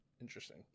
Interesting